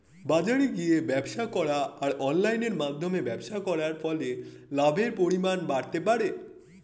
বাজারে গিয়ে ব্যবসা করা আর অনলাইনের মধ্যে ব্যবসা করার ফলে লাভের পরিমাণ বাড়তে পারে?